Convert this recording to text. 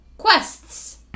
Quests